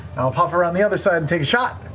i'll pop around the other side and take a shot.